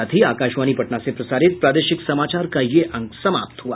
इसके साथ ही आकाशवाणी पटना से प्रसारित प्रादेशिक समाचार का ये अंक समाप्त हुआ